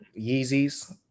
Yeezys